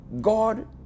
God